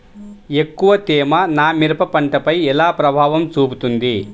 ఎక్కువ తేమ నా మిరప పంటపై ఎలా ప్రభావం చూపుతుంది?